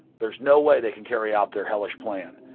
there's no way they can carry out their hellish plan.